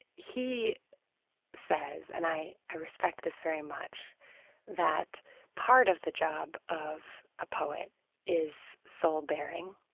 he says and i i respect this very much that part of the job of a poet is soul-baring,